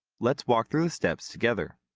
let's walk through the steps together.